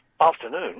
Afternoon